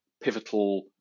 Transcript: pivotal